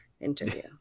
interview